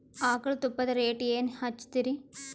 ಆಕಳ ತುಪ್ಪದ ರೇಟ್ ಏನ ಹಚ್ಚತೀರಿ?